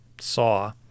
saw